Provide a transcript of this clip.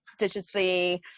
digitally